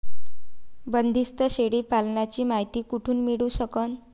बंदीस्त शेळी पालनाची मायती कुठून मिळू सकन?